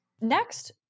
Next